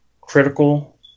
critical